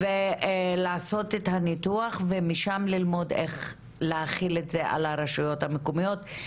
לעשות את הניתוח ומשם ללמוד איך להחיל את זה על הרשויות המקומיות.